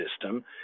system